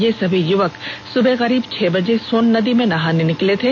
ये सभी युवक सुबह करीब छह बजे सोन नदी में नहाने के लिये निकले थे